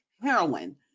heroin